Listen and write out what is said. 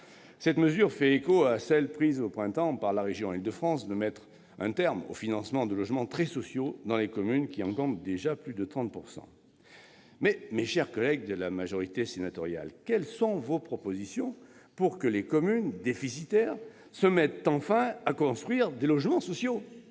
Cette mesure fait écho à celle qui a été prise au printemps par la région d'Île-de-France de mettre un terme au financement de logements très sociaux dans les communes qui en comptent déjà plus de 30 %. Mais, chers collègues de la majorité sénatoriale, que proposez-vous pour que les communes déficitaires se mettent enfin à construire des logements sociaux ?